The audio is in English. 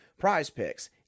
Prizepicks